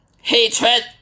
hatred